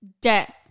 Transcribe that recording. debt